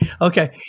Okay